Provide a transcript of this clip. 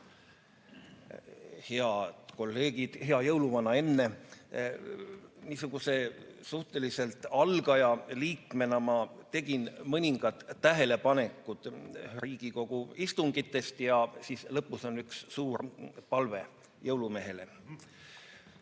Head kolleegid! Hea jõuluvana! Enne tegin ma niisuguse suhteliselt algaja liikmena mõningad tähelepanekud Riigikogu istungitest ja lõpus on üks suur palve jõulumehele.